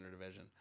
division